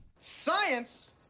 science